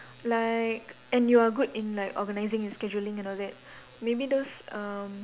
like and you are good in like organising and scheduling and all that maybe those um